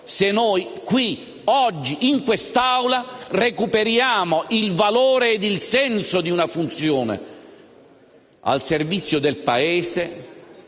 se noi qui, oggi, in quest'Aula, recuperiamo il valore e il senso di una funzione al servizio del Paese